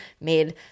made